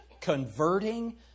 converting